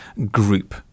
group